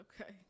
Okay